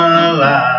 alive